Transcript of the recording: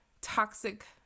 Toxic